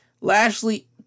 Lashley